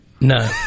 no